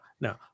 no